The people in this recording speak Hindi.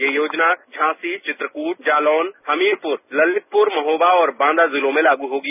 ये योजना झांसी चित्रकूद जालौन हमीरपुर ललितपुर महोबा और बांदा जिलों में लागू होगी